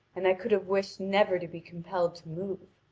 and i could have wished never to be compelled to move.